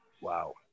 Wow